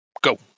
Go